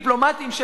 דיפלומטיים,